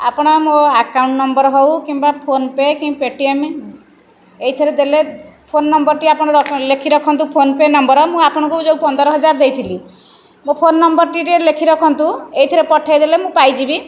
ଆପଣ ମୋ account number ହେଉ କିମ୍ବା ଫୋନପେ' କି ପେଟିଏମ୍ ଏଇଥିରେ ଦେଲେ ଫୋନ୍ ନମ୍ବରଟି ଆପଣ ଲେଖି ରଖନ୍ତୁ ଫୋନପେ' ନମ୍ବର ମୁଁ ଆପଣଙ୍କୁ ଯେଉଁ ପନ୍ଦର ହଜାର ଦେଇଥିଲି ମୋ ଫୋନ୍ ନମ୍ବରଟି ଲେଖି ରଖନ୍ତୁ ଏଇଥିରେ ପଠେଇଦେଲେ ମୁଁ ପାଇଯିବି